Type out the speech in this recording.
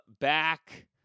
back